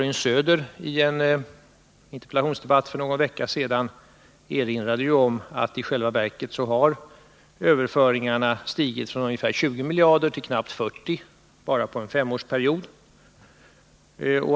I en interpellationsdebatt för några veckor sedan erinrade Karin Söder om att överföringarna i själva verket har stigit från ungefär 20 miljarder till knappt 40 miljarder bara på en femårsperiod.